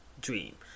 dream